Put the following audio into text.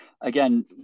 Again